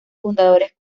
fundadores